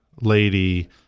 lady